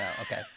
okay